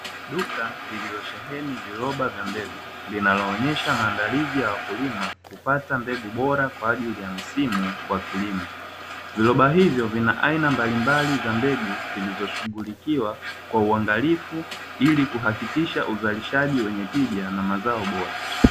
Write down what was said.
Duka lililosheheni viroba vya mbegu, linaloonyesha maandalizi ya wakulima kupata mbegu bora kwa ajili ya msimu, viroba hivyo vina aina mbalimbali za mbegu zilizoshughulikiwa kwa uangalifu ili kuhakikisha uzalishaji wenye tija na mazao bora.